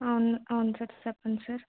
అవును అవును సార్ చెప్పండి సార్